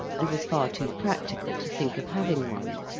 and was far too practical to think of having one.